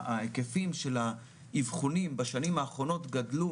ההיקפים של האבחונים בשנים האחרונות גדלו